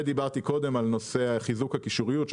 דיברתי קודם על נושא חיזור הקישוריות,